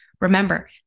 Remember